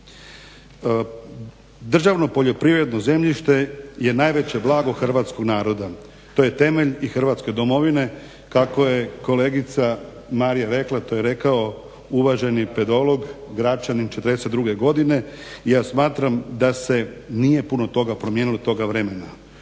Državno poljoprivredno zemljište je najveće blago Hrvatskog naroda. To je temelj i hrvatske Domovine. Kako je kolegica Marija rekla to je rekao uvaženi pedolog Gračanin '42. godine i ja smatram da se nije puno toga promijenilo od toga vremena.